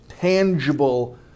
tangible